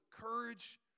courage